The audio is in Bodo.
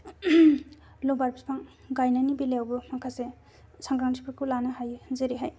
लबार बिफां गायनायनि बेलायावबो माखासे सांग्रांथिखौ लानो हायो जेरैहाय